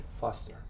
faster